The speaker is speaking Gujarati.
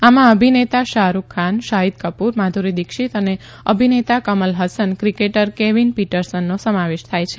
આમા અભિનેતા શાહરૂખ ખાન સાહિદ કપુર માધુરી દીક્ષીત અને અભિનેતા કમલ હસન ક્રિકેટ કેવીન પીટરસનનો સમાવેશ થાય છે